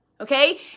Okay